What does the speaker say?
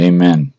Amen